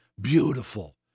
beautiful